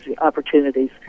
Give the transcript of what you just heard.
opportunities